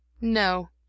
No